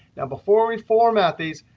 now, before we format these,